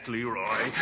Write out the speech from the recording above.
Leroy